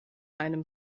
einem